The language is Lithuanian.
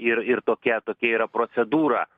ir ir tokia tokia yra procedūra